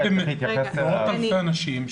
יש עשרות אלפי אנשים,